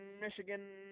Michigan